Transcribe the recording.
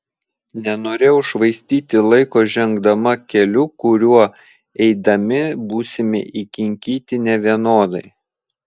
nenorėjau švaistyti laiko žengdama keliu kuriuo eidami būsime įkinkyti nevienodai